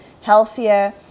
healthier